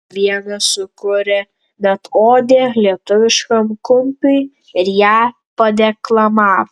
vienas sukūrė net odę lietuviškam kumpiui ir ją padeklamavo